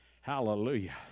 Hallelujah